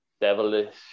devilish